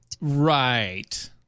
Right